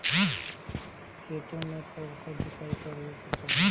खेतो में कब कब जुताई करावे के चाहि?